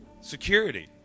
security